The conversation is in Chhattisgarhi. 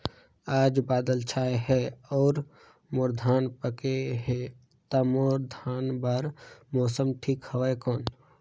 आज बादल छाय हे अउर मोर धान पके हे ता मोर धान बार मौसम ठीक हवय कौन?